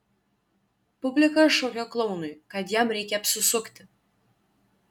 publika šaukė klounui kad jam reikia apsisukti